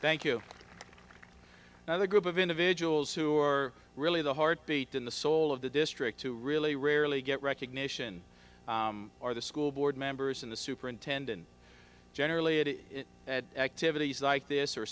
thank you now the group of individuals who are really the heartbeat in the soul of the district who really rarely get recognition are the school board members in the superintendent generally it is activities like this or